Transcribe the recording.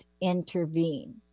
intervene